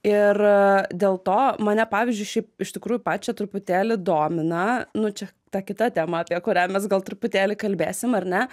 ir dėl to mane pavyzdžiui iš tikrųjų pačią truputėlį domina nu čia ta kita tema apie kurią mes gal truputėlį kalbėsim ar ne